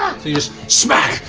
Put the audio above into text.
smack,